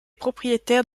propriétaire